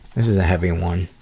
this is a heavy one.